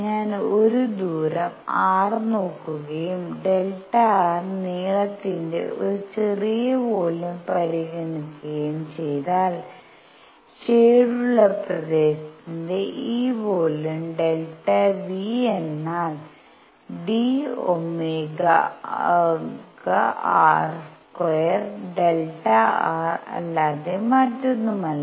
ഞാൻ ഒരു ദൂരം r നോക്കുകയും Δ r നീളത്തിന്റെ ഒരു ചെറിയ വോള്യം പരിഗണിക്കുകയും ചെയ്താൽ ഷേഡുള്ള പ്രദേശത്തിന്റെ ഈ വോളിയം Δ V എന്നാൽ d Ωr2 Δr അല്ലാതെ മറ്റൊന്നുമല്ല